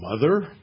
mother